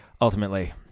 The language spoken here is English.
ultimately